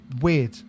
Weird